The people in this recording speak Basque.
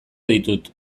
ditut